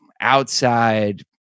outside